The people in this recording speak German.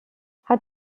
hat